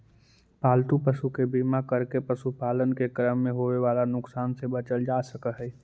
पालतू पशु के बीमा करके पशुपालन के क्रम में होवे वाला नुकसान से बचल जा सकऽ हई